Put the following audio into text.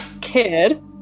kid